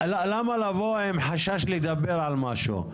למה לבוא עם חשש לדבר על משהו?